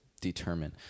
determine